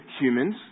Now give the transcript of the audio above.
humans